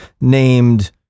named